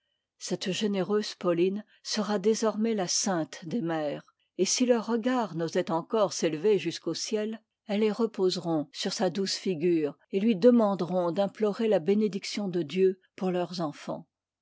cette généreuse pauline sera désormais la sainte des mères et si leurs regards n'osaient encore s'élever jusqu'au ciel elles les reposeront sur sa douce figure et lui demanderont d'implorer la bénédiction de dieu pour leurs enfants